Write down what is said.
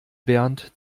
bernd